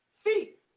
Feet